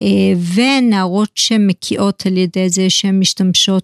ונערות שמקיאות על ידי זה שהן משתמשות